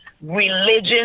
religion